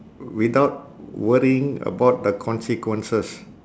without worrying about the consequences